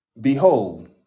behold